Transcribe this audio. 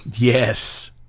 Yes